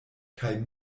kaj